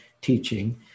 teaching